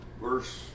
verse